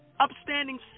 Upstanding